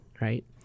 right